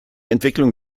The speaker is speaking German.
entwicklung